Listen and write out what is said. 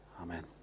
Amen